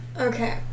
Okay